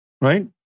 Right